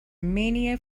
mania